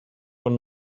von